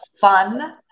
fun